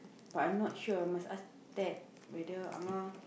but I not sure must ask Ted whether Ah-Ngah